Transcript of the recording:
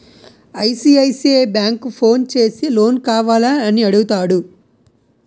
ICICI bank phone చేసి loan కావాల అని అడుగుతాడు